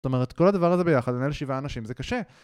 זאת אומרת, כל הדבר הזה ביחד, אלה שבעה אנשים, זה קשה.